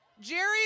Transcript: Jerry